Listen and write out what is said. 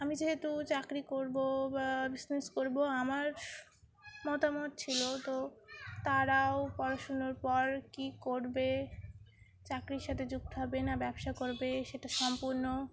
আমি যেহেতু চাকরি করবো বা বিজনেস করবো আমার মতামত ছিলো তো তারাও পড়াশুনোর পর কী করবে চাকরির সাথে যুক্ত হবে না ব্যবসা করবে সেটা সম্পূর্ণ